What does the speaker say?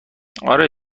اره